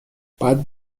باید